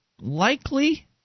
likely